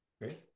Great